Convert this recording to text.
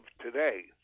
today